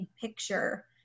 picture